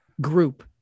group